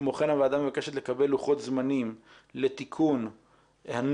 כמו כן הוועדה מבקשת לקבל לוחות זמנים לתיקון הנוהל,